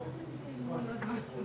היושבת ראש,